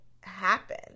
happen